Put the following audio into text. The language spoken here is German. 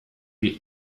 wie